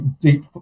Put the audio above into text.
deep